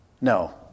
No